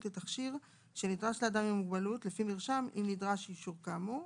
לתכשיר שנדרש לאדם עם מוגבלות לפי מרשם אם נדרש אישור כאמור,